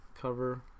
cover